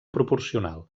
proporcional